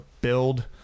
build